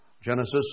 Genesis